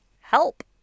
help